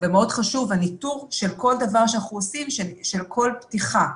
ומאוד חשוב הניטור של כל דבר שאנחנו עושים של כל פתיחה,